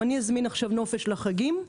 אם אזמין נופש לחגים היום,